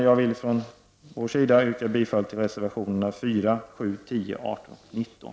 Jag vill yrka bifall till reservationerna 4, 7, 10, 18 och 19.